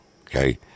okay